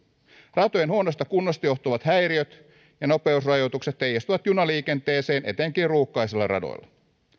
ratojen huonosta kunnosta johtuvat häiriöt ja nopeusrajoitukset heijastuvat junaliikenteeseen etenkin ruuhkaisilla radoilla